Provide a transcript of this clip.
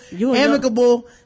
amicable